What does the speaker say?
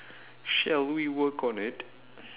shall we work on it